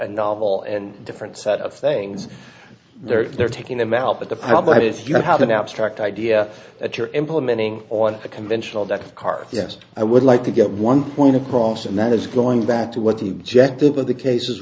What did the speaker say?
and novel and different set of things there if they're taking them out but the problem if you have an abstract idea that you're implementing on a conventional deck of cards yes i would like to get one point across and that is going back to what the objective of the case